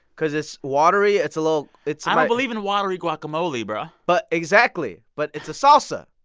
because it's watery. it's a little it's. i don't believe in watery guacamole, bruh but exactly. but it's a salsa,